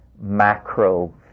macro